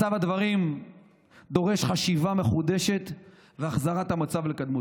מצב הדברים דורש חשיבה מחודשת והחזרת המצב לקדמותו.